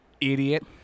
Idiot